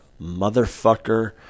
Motherfucker